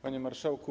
Panie Marszałku!